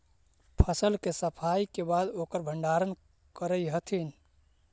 फसल के सफाई के बाद ओकर भण्डारण करऽ हथिन